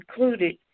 included